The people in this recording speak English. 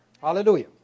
Hallelujah